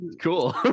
cool